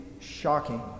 shocking